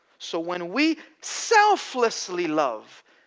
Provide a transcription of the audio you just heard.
so when we selflessly love,